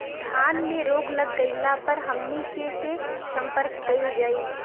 धान में रोग लग गईला पर हमनी के से संपर्क कईल जाई?